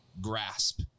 Grasp